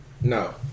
no